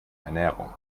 ernährung